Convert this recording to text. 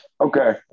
Okay